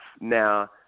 now